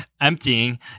emptying